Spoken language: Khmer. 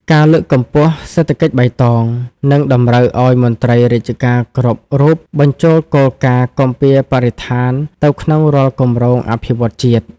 ការលើកកម្ពស់ "សេដ្ឋកិច្ចបៃតង" នឹងតម្រូវឱ្យមន្ត្រីរាជការគ្រប់រូបបញ្ចូលគោលការណ៍គាំពារបរិស្ថានទៅក្នុងរាល់គម្រោងអភិវឌ្ឍន៍ជាតិ។